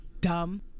dumb